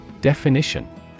Definition